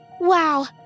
Wow